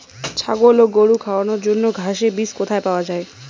ছাগল ও গরু খাওয়ানোর জন্য ঘাসের বীজ কোথায় পাওয়া যায়?